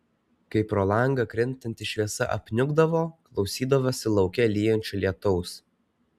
kai pro langą krintanti šviesa apniukdavo klausydavosi lauke lyjančio lietaus